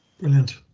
Brilliant